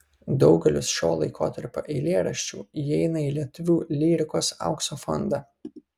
daugelis šio laikotarpio eilėraščių įeina į lietuvių lyrikos aukso fondą